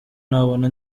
nabona